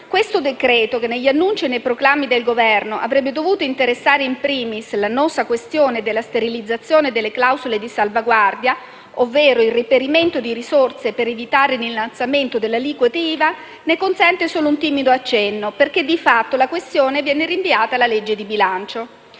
questo decreto-legge, che negli annunci e nei proclami di Governo avrebbe dovuto interessare *in primis* l'annosa questione della sterilizzazione delle clausole di salvaguardia, ovvero il reperimento di risorse per evitare l'innalzamento delle aliquote IVA, ne contiene solo un timido accenno poiché, di fatto, la questione viene rinviata alla legge di bilancio.